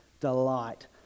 delight